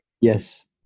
Yes